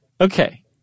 Okay